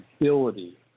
ability